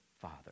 Father